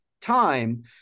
time